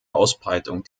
ausbreitung